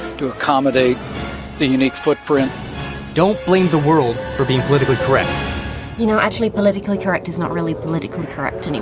to accommodate the unique footprint don't blame the world for being politically correct you know actually politically correct is not really politically correct and in